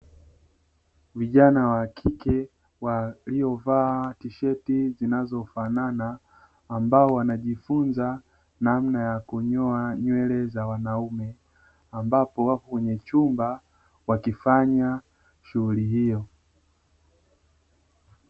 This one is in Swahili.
Vijana wa kike waliovaa tisheti zinazofanana ambao wanajifunza namna ya kunyoa nywele za wanaume ambapo wapo kwenye chumba wakifanya shughuli hiyo.